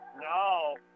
no